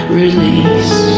release